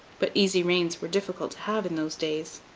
but easy reigns were difficult to have in those days.